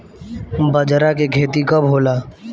बजरा के खेती कब होला?